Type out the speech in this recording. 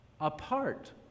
apart